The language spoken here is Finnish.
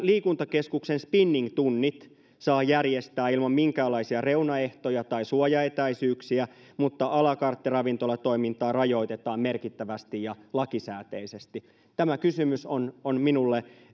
liikuntakeskuksen spinning tunnit saa järjestää ilman minkäänlaisia reunaehtoja tai suojaetäisyyksiä mutta a la carte ravintolatoimintaa rajoitetaan merkittävästi ja lakisääteisesti tämä kysymys on on minulle